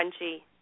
crunchy